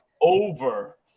over